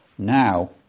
Now